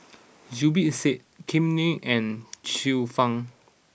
Zubir Said Kam Ning and Xiu Fang